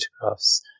photographs